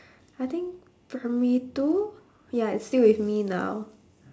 I think primary two ya it's still with me now